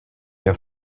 der